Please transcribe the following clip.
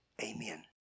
Amen